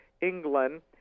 England